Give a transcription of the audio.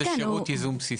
אין לכם הערות?